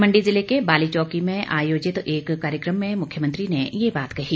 मंडी जिले के बालीचौकी में आयोजित एक कार्यक्रम में मुख्यमंत्री ने ये बात कही